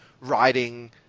riding